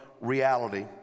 reality